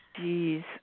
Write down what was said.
jeez